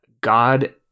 God